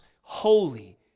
holy